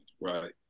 right